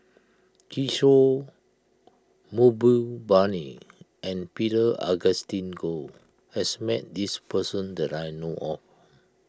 Kishore Mahbubani and Peter Augustine Goh has met this person that I know of